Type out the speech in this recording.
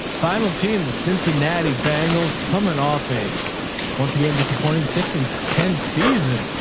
final team. the cincinnati bengals coming off a once again, disappointing six and ten season.